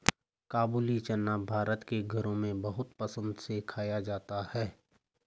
काबूली चना भारत के घरों में बहुत पसंद से खाया जाता है